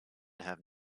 have